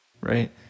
right